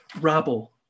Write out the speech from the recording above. rabble